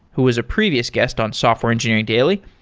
who is a previous guest on software engineering daily.